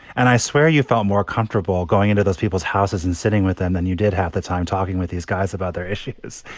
and i swear you felt more comfortable going into those people's houses and sitting with them than you did half the time talking with these guys about their issues.